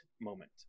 moment